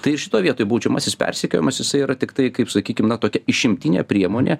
tai ir šitoj vietoj baudžiamasis persekiojimas jisai yra tiktai kaip sakykim na tokia išimtinė priemonė